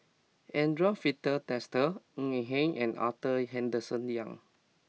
Andre Filipe Desker Ng Eng Hen and Arthur Henderson Young